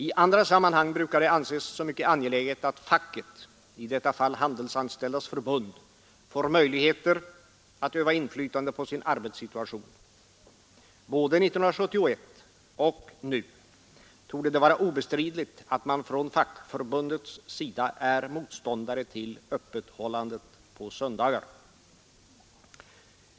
I andra sammanhang brukar det anses som mycket angeläget att facket, i detta fall Handelsanställdas förbund, får möjligheter att öva inflytande på sin arbetssituation. Både 1971 och nu torde det vara obestridligt att man från de anställdas sida är motståndare till öppethållandet på söndagar.